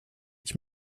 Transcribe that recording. ich